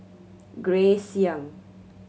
Grace Young